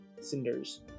cinders